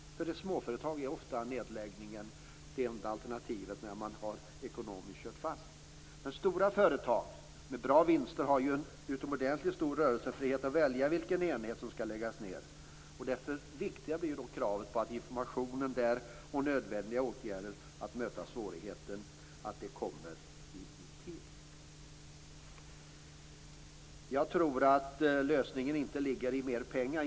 För ett småföretag är nedläggning ofta det enda alternativet när man har kört fast ekonomiskt, men stora företag med bra vinster har en utomordentlig rörelsefrihet när det gäller att välja vilken enhet som skall läggas ned. Desto viktigare blir då kravet på information och på att nödvändiga åtgärder för att möta svårigheterna sätts in. Jag tror inte att lösningen ligger i mer pengar.